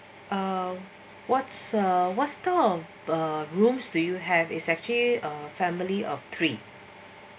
uh what's a what's type of rooms do you have is actually a family of three